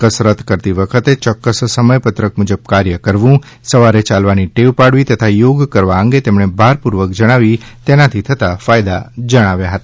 કસરત કરતી વખતે ચોક્કસ સમયપત્રક મુજબ કાર્ય કરવું સવારે ચાલવાની ટેવ પાડવી તથા યોગ કરવા અંગે તેમણે ભાર પૂર્વક જણાવી તેનાથી થતાં ફાયદા જણાવ્યા હતા